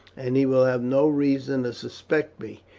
and he will have no reason to suspect me.